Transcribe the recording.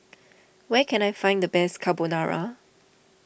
where can I find the best Carbonara